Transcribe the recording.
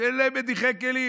שאין להם מדיחי כלים.